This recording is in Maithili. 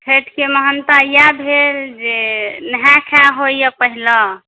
छठि के महानता या भेल जे नहा खा होइया पहिले